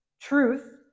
Truth